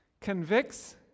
convicts